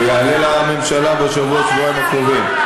הוא יעלה לממשלה בשבוע-שבועיים הקרובים.